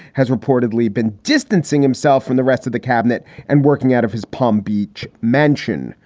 has reportedly been distancing himself from the rest of the cabinet and working out of his palm beach mansion,